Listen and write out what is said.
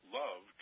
love